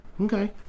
Okay